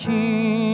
King